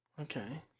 Okay